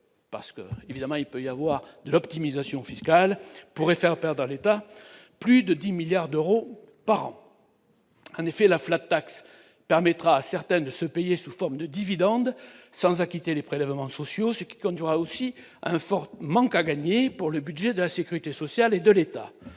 la mesure où il pourrait y avoir de l'optimisation fiscale, cette mesure pourrait faire perdre à l'État plus de 10 milliards d'euros par an. En effet, la permettra à certains de se payer sous forme de dividendes, sans acquitter les prélèvements sociaux, ce qui entraînera un fort manque à gagner pour le budget de la sécurité sociale et le budget